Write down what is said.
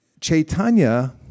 Chaitanya